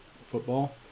football